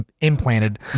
implanted